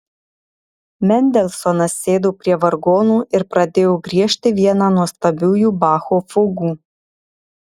mendelsonas sėdo prie vargonų ir pradėjo griežti vieną nuostabiųjų bacho fugų